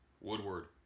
Woodward